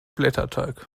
blätterteig